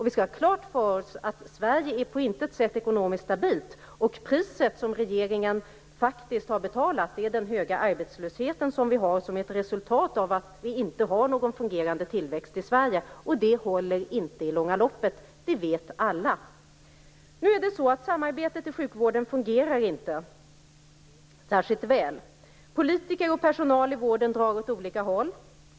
Vi skall ha klart för oss att Sverige på intet sätt är ekonomiskt stabilt. Det pris som regeringen faktiskt har betalat är den höga arbetslöshet som vi har som är ett resultat av att vi inte har någon fungerande tillväxt i Sverige. Det håller inte i det långa loppet; det vet alla. Samarbetet i sjukvården fungerar inte särskilt väl. Politiker och personal i vården drar åt olika håll.